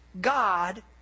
God